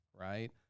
right